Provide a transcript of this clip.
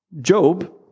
Job